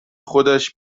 خودش